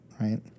right